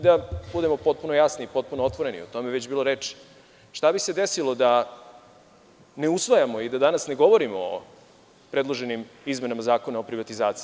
Da budemo potpuno jasni i potpuno otvoreni, o tome je već bilo reči, šta bi se desilo da ne usvajamo i da danas ne govorimo o predloženim izmenama Zakona o privatizaciji?